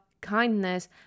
kindness